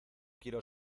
quiero